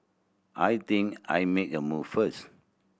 I think I'll make a move first